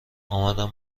آمادم